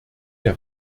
der